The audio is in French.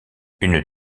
une